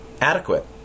adequate